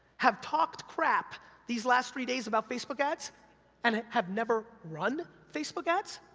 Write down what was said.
have talked crap these last three days about facebook ads and have never run facebook ads?